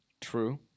True